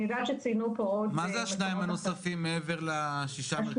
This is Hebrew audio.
אני יודעת שציינו פה --- מה זה השניים הנוספים מעבר לששה מרכזי הארץ?